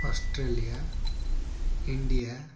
Australia India